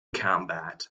combat